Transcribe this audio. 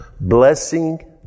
Blessing